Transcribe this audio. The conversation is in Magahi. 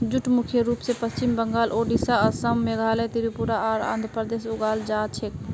जूट मुख्य रूप स पश्चिम बंगाल, ओडिशा, असम, मेघालय, त्रिपुरा आर आंध्र प्रदेशत उगाल जा छेक